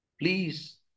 Please